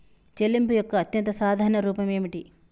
చెల్లింపు యొక్క అత్యంత సాధారణ రూపం ఏమిటి?